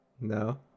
No